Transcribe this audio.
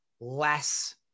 less